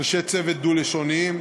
אנשי צוות דו-לשוניים,